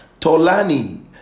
Tolani